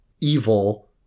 evil